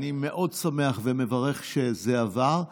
אני מאוד שמח ומברך שזה עבר,